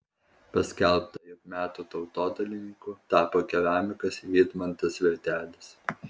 paskelbta jog metų tautodailininku tapo keramikas vydmantas vertelis